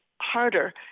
harder